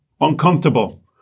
uncomfortable